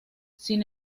sin